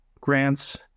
grants